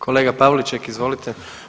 Kolega Pavliček, izvolite.